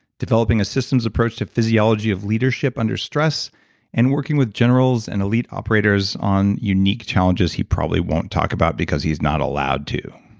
developing a systems approach to physiology of leadership under stress and working with generals and elite operators on unique challenges he probably won't talk about because he's not allowed to.